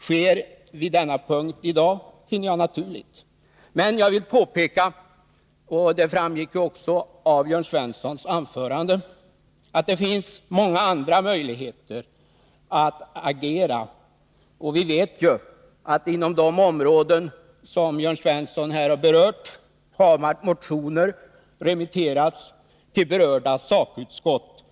sker på denna punkt i dag finner jag naturligt, men jag vill påpeka — och det framgick också av Jörn Svenssons anförande — att det finns många andra möjligheter att agera. Vi vet ju att inom de områden som Jörn Svensson här har berört finns det motioner som remitterats till berörda sakutskott.